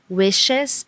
wishes